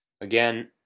Again